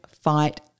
fight